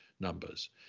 numbers